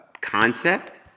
concept